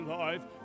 life